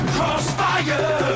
Crossfire